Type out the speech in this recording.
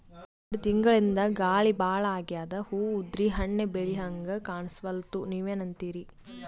ಎರೆಡ್ ತಿಂಗಳಿಂದ ಗಾಳಿ ಭಾಳ ಆಗ್ಯಾದ, ಹೂವ ಉದ್ರಿ ಹಣ್ಣ ಬೆಳಿಹಂಗ ಕಾಣಸ್ವಲ್ತು, ನೀವೆನಂತಿರಿ?